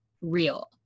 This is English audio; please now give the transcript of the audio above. real